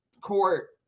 court